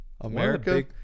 america